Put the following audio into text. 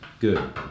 good